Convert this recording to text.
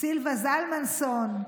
סילבה זלמנסון,